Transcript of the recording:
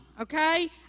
okay